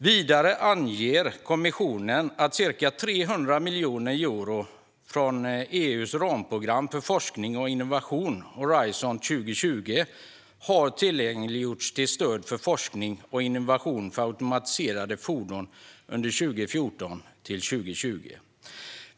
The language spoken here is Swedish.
Vidare anger kommissionen att ca 300 miljoner euro från EU:s ramprogram för forskning och innovation, Horisont 2020, har tillgängliggjorts till stöd för forskning och innovation för automatiserade fordon under 2014-2020.